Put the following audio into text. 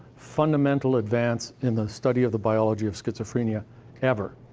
fundamental advance in the study of the biology of schizophrenia ever.